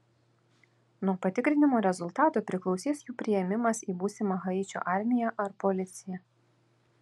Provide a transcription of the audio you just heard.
nuo patikrinimo rezultatų priklausys jų priėmimas į būsimą haičio armiją ar policiją